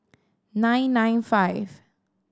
nine nine five